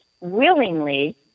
willingly